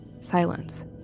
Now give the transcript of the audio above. Silence